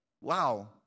Wow